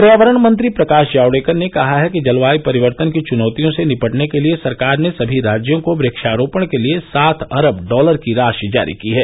पर्यावरण मंत्री प्रकाश जावड़ेकर ने कहा है कि जलवाय परिवर्तन की चुनौतियों से निपटने के लिए सरकार ने सभी राज्यों को वृक्षारोपण के लिए सात अरब डॉलर की राशि जारी की है